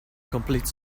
complete